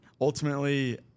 ultimately